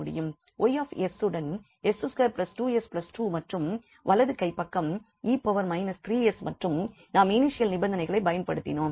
𝑌𝑠உடன் 𝑠2 2𝑠 2 மற்றும் வலது கை பக்கம் 𝑒−3𝑠 மற்றும் நாம் இனிஷியல் நிபந்தனைகளை பயன்படுத்தினோம்